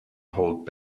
hold